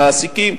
עם המעסיקים,